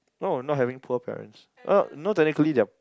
no not having poor parents well no technically they are